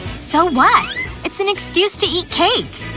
so what, it's an excuse to eat cake!